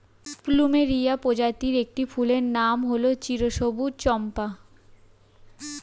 plumeria প্রজাতির একটি ফুলের নাম হল চিরসবুজ চম্পা